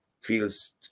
feels